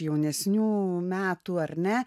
jaunesnių metų ar ne